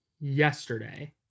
yesterday